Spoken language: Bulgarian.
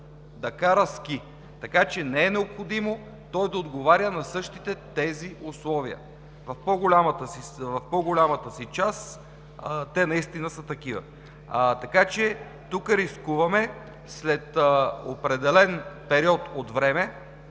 да кара ски, така че не е необходимо той да отговаря на същите тези условия. В по-голямата си част те наистина са такива и тук рискуваме след определен период от време